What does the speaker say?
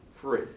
free